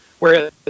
Whereas